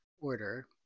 order